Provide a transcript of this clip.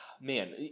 man